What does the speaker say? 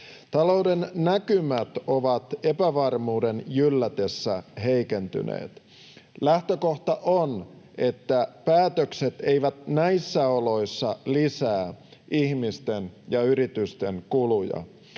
Talouden näkymät ovat epävarmuuden jyllätessä heikentyneet. Lähtökohta on, että päätökset eivät näissä oloissa lisää ihmisten ja yritysten kuluja.